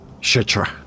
Shitra